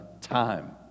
time